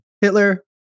Hitler